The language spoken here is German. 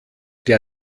der